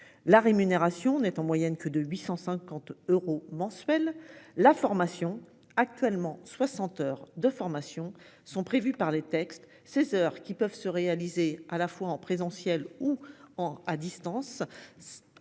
La rémunération n'est en moyenne que de 850 euros mensuels la formation actuellement 60 heures de formation sont prévues par les textes 16h qui peuvent se réaliser à la fois en présentiel ou en à distance.